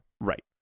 Right